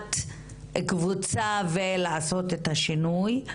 תת קבוצה ולעשות את השינוי,